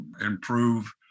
improve